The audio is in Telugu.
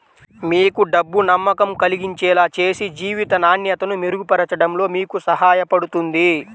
మీకు డబ్బు నమ్మకం కలిగించేలా చేసి జీవిత నాణ్యతను మెరుగుపరచడంలో మీకు సహాయపడుతుంది